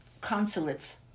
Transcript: consulates